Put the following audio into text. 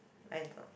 I don't